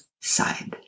side